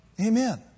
Amen